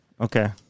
Okay